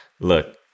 look